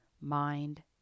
mind